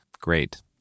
Great